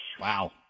Wow